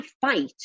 fight